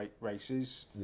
races